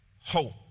hope